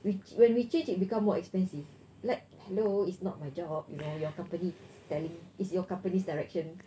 we when we change it become more expensive like hello it's not my job you know you company is telling is your company's direction